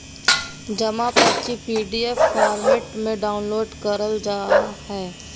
जमा पर्ची PDF format में डाउनलोड करल जा हय